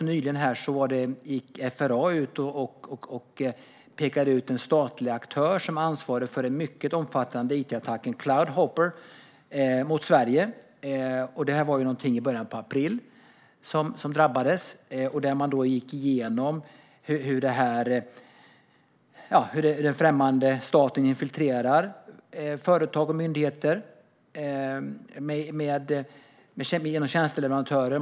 Nyligen gick också FRA ut och pekade ut en statlig aktör som ansvarig för den mycket omfattande it-attacken Cloud Hopper mot Sverige. Detta var någonting som drabbade oss i början av april. FRA gick igenom hur en främmande stat infiltrerar företag och myndigheter genom tjänsteleverantörer.